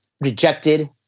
rejected